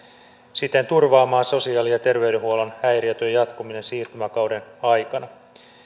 siten turvaamaan sosiaali ja terveydenhuollon häiriötön jatkuminen siirtymäkauden aikana